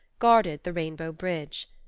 guarded the rainbow bridge.